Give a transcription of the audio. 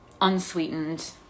unsweetened